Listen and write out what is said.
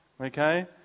Okay